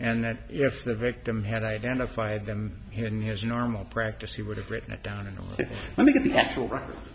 and that if the victim had identified them in his normal practice he would have written it down and look at the actual record